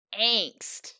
angst